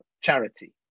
charity